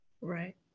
Right